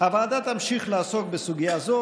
הוועדה תמשיך לעסוק בסוגיה זו,